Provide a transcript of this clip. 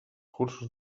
cursos